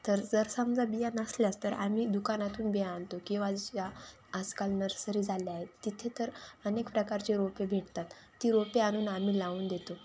तर जर समजा बिया नसल्यास तर आम्ही दुकानातून बिया आणतो किंवा ज्या आजकाल नर्सरी झाल्या आहे तिथे तर अनेक प्रकारचे रोपे भेटतात ती रोपे आणून आम्ही लावून देतो